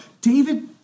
David